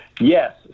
Yes